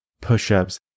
push-ups